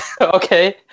Okay